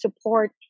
support